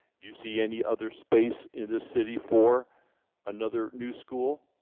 do you see any other space in this city for another new school?